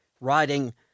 writing